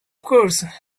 course